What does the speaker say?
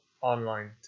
online